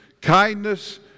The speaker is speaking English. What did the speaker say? kindness